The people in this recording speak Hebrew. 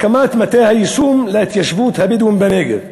הקמת מטה היישום להתיישבות הבדואית בנגב.